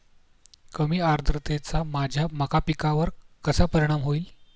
कमी आर्द्रतेचा माझ्या मका पिकावर कसा परिणाम होईल?